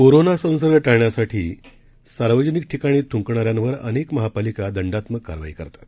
कोरोनासंसर्गटाळण्यासाठी सार्वजनिकठिकाणीथुंकणाऱ्यांवरअनेकमहापालिकादंडात्मककारवाईकरतात